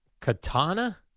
Katana